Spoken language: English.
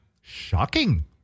Shocking